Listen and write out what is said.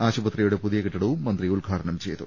ആശുപത്രിയുടെ പുതിയ കെട്ടിടവും മന്ത്രി ഉദ്ഘാടനം ചെയ്തു